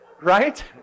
Right